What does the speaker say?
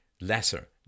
lesser